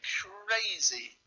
crazy